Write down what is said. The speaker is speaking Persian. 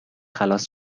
خلاص